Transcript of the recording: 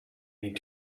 need